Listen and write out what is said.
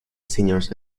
seniors